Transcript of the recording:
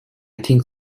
think